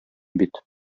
бит